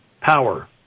power